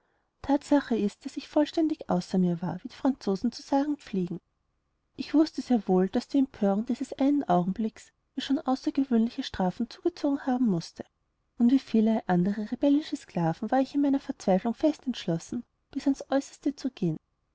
thatsache ist daß ich vollständig außer mir war wie die franzosen zu sagen pflegen ich wußte sehr wohl daß die empörung dieses einen augenblicks mir schon außergewöhnliche strafen zugezogen haben mußte und wie viele andere rebellische sklaven war ich in meiner verzweiflung fest entschlossen bis ans äußerste zu gehen